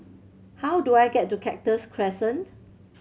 how do I get to Cactus Crescent